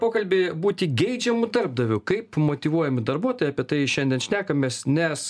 pokalbį būti geidžiamu darbdaviu kaip motyvuojami darbuotojai apie tai šiandien šnekamės nes